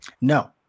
No